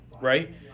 Right